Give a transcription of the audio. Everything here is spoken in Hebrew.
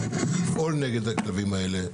לפעול נגד הכלבים האלה.